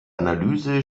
analyse